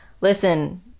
Listen